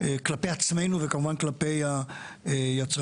כלפי עצמנו וכמובן כלפי היצרנים,